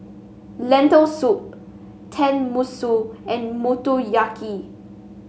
Lentil Soup Tenmusu and Motoyaki